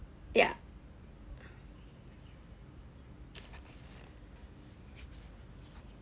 ya